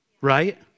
right